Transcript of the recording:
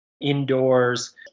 indoors